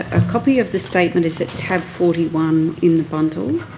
a copy of the statement is at tab forty one in the bundle.